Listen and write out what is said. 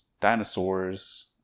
Dinosaurs